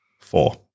Four